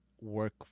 work